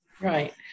Right